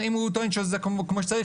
אם הוא טוען שזה כמו שצריך,